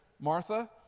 martha